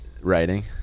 writing